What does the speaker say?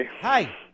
Hi